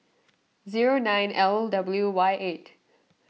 zero nine L W Y eight